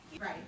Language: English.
Right